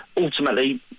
Ultimately